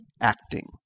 acting